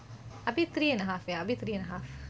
abi three and a half ya abi three and a half